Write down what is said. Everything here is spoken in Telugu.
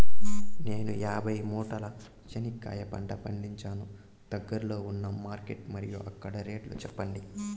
నేను యాభై మూటల చెనక్కాయ పంట పండించాను దగ్గర్లో ఉన్న మార్కెట్స్ మరియు అక్కడ రేట్లు చెప్పండి?